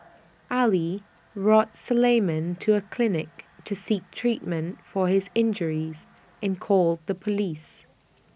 Ali Suleiman to A clinic to seek treatment for his injuries and called the Police